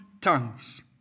tongues